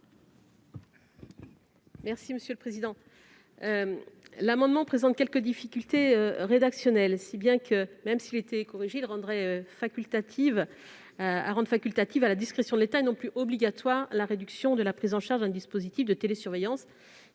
de la commission ? Cet amendement pose quelques difficultés rédactionnelles. Même s'il était corrigé, il tendrait à rendre facultative et à la discrétion de l'État, et non plus obligatoire, la réduction de la prise en charge d'un dispositif de télésurveillance